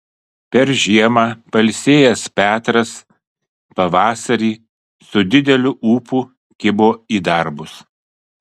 per žiemą pailsėjęs petras pavasarį su dideliu ūpu kibo į darbus